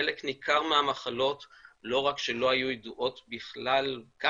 חלק ניכר מהמחלות לא רק שלא היו ידועות בכלל כאן,